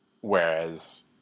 whereas